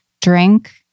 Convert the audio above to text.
drink